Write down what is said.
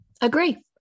agree